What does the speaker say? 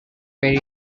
very